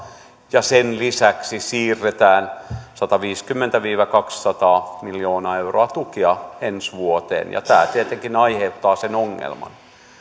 ja sen lisäksi siirretään sataviisikymmentä viiva kaksisataa miljoonaa euroa tukia ensi vuoteen ja tämä tietenkin aiheuttaa sen ongelman